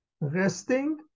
resting